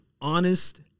honest